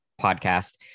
podcast